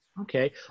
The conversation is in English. Okay